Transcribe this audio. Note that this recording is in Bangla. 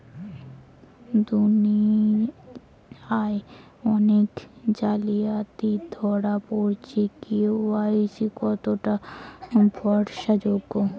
দুনিয়ায় অনেক জালিয়াতি ধরা পরেছে কে.ওয়াই.সি কতোটা ভরসা যোগ্য?